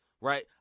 right